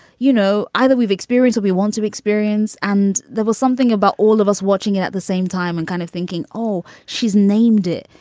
you know, either we've experience or we want to experience. and there was something about all of us watching it at the same time and kind of thinking, oh, she's named it.